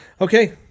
Okay